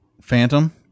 Phantom